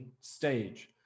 stage